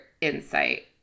insight